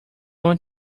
want